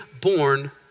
born